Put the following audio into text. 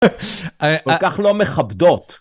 כל כך לא מכבדות.